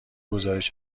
گزارش